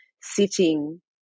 sitting